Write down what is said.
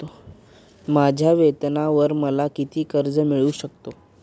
माझ्या वेतनावर मला किती कर्ज मिळू शकते?